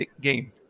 game